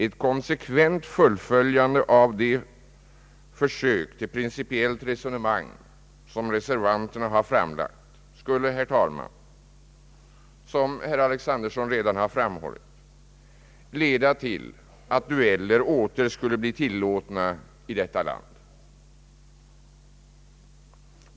Ett konsekvent fullföljande av de försök till principiellt resonemang som reservanterna framlagt skulle, herr talman, som herr Alexanderson redan framhållit leda till att dueller åter skulle bli tillåtna i detta land.